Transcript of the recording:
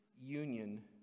union